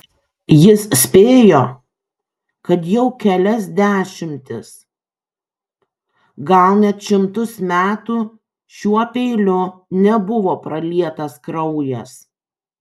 jis spėjo kad jau kelias dešimtis gal net šimtus metų šiuo peiliu nebuvo pralietas kraujas